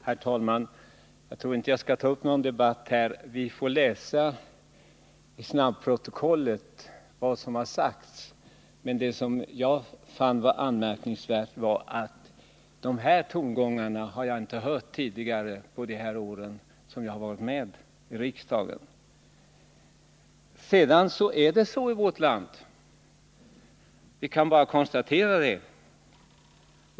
Herr talman! Jag tror inte att jag skall ta upp någon debatt här med vpk. Vi. får läsa i snabbprotokollet vad som har sagts, men det som jag fann anmärkningsvärt var att de tongångar som jag nu mötte har jag inte hört tidigare under de år som jag har varit med i riksdagen.